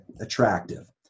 attractive